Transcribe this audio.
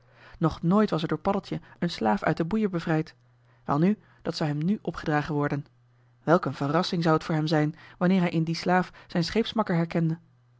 nooit was er door paddeltje een slaaf uit de boeien bevrijd welnu dat zou hem nu opgedragen worden welk een verrassing zou het voor hem zijn wanneer hij in dien slaaf zijn scheepsmakker herkende